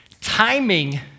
Timing